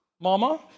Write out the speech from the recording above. mama